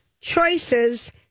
choices